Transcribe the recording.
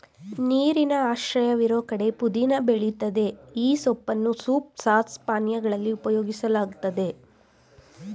ನೀರಿನ ಆಶ್ರಯವಿರೋ ಕಡೆ ಪುದೀನ ಬೆಳಿತದೆ ಈ ಸೊಪ್ಪನ್ನು ಸೂಪ್ ಸಾಸ್ ಪಾನೀಯಗಳಲ್ಲಿ ಉಪಯೋಗಿಸಲಾಗ್ತದೆ